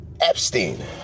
Epstein